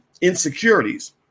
insecurities